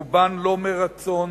רובן לא מרצון,